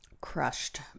crushed